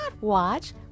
watch